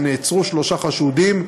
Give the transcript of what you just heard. נעצרו שלושה חשודים,